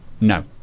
No